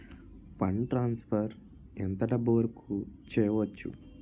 Fund transfer ఎంత డబ్బు వరుకు చేయవచ్చు?